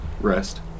rest